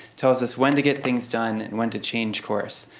tells us when to get things done, and when to change course.